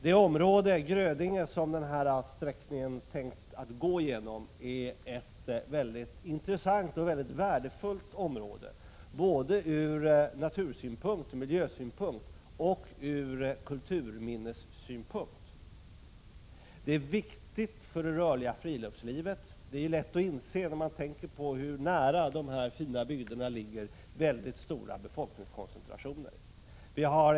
Det område — Grödinge — som järnvägssträckningen är tänkt att gå igenom är ett intressant och värdefullt område både ur naturoch miljösynpunkt och ur kulturminnessynpunkt. Området är viktigt för det rörliga friluftslivet, vilket är lätt att inse när man tänker på hur nära det är mellan dessa bygder och mycket stora befolkningskoncentrationer.